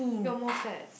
you got more fats